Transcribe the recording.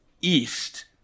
east